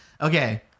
Okay